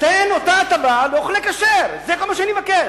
תן את אותה הטבה לאוכלי כשר, זה כל מה שאני מבקש.